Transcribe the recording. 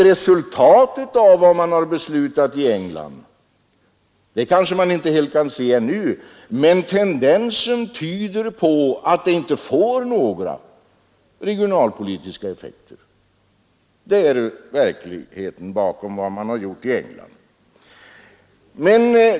Resultatet av vad man har beslutat i England kanske man inte helt kan se ännu, men tendensen tyder på att det inte får några regionalpolitiska effekter. Det är verkligheten bakom vad man har gjort i England.